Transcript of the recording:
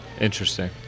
Interesting